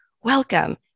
Welcome